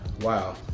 Wow